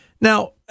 Now